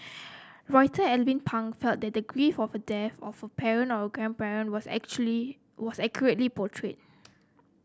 Writer Alvin Pang felt that the grief of the death of a parent or a grandparent was actually was accurately portrayed